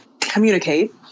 communicate